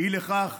אי לכך,